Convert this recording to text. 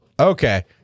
Okay